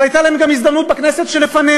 אבל הייתה להם גם הזדמנות בכנסת שלפניה,